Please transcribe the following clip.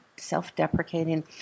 self-deprecating